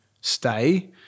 stay